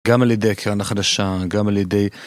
גם על ידי הקרן החדשה, גם על ידי...